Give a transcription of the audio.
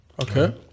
Okay